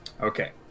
Okay